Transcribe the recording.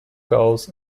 goals